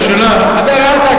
אז מה אם אני חלק?